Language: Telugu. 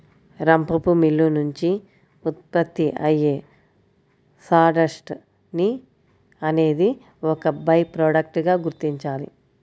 రంపపు మిల్లు నుంచి ఉత్పత్తి అయ్యే సాడస్ట్ ని అనేది ఒక బై ప్రొడక్ట్ గా గుర్తించాలి